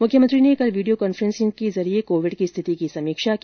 मुख्यमंत्री ने कल वीडियो कांफ्रेन्सिंग के जरिये कोविड की स्थिति की ॅसमीक्षा की